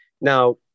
Now